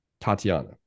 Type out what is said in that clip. Tatiana